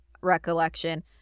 recollection